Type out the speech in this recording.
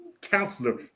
counselor